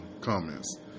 comments